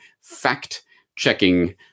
fact-checking